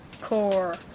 core